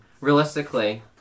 Realistically